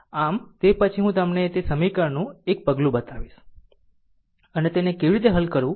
આમ તે પછી હું તમને તે સમીકરણનું તે પગલું બતાવીશ અને તેને કેવી રીતે હલ કરવું